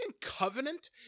covenant